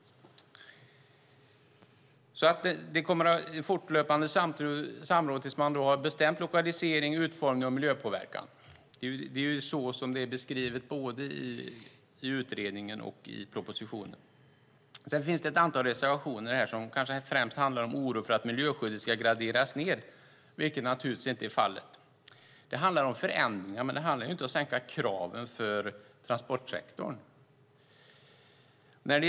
Det kommer att vara fortlöpande samråd tills man har bestämt lokalisering, utformning och miljöpåverkan. Det är så det är beskrivet både i utredningen och i propositionen. Sedan finns det ett antal reservationer som främst handlar om en oro för att miljöskyddet ska graderas ned, vilket naturligtvis inte är fallet. Det handlar om förändringar, men det handlar inte om att sänka kraven för transportsektorn.